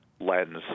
lens